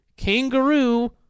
Kangaroo